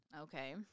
Okay